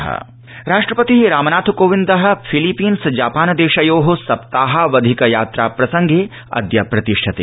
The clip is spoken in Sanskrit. राष्ट्रपपति यात्रा राष्ट्रपति रामनाथ कोविन्द फिलिपीन्स जापान देशयो सप्ताहावधिक यात्रा प्रसंगे अद्य प्रतिष्ठते